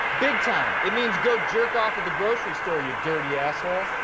big time. it means go jerk off at the grocery store, you dirty asshole.